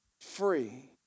free